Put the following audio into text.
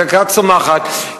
הכלכלה צומחת,